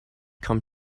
come